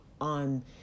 on